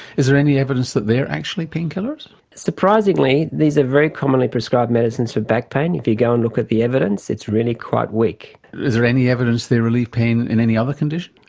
is there any evidence that they are actually painkillers? surprisingly these are very commonly prescribed medicines for back pain. if you go and look at the evidence it's really quite weak. is there any evidence they relieve pain in any other condition?